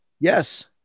Yes